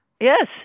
Yes